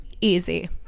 Easy